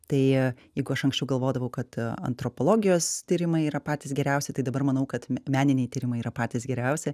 tai jeigu aš anksčiau galvodavau kad antropologijos tyrimai yra patys geriausi tai dabar manau kad meniniai tyrimai yra patys geriausi